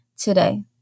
today